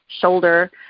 shoulder